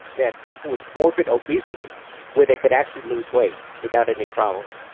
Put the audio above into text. that people with morbid obesity where they could actually lose weight without any problems.